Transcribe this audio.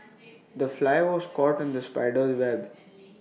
the fly was caught in the spider's web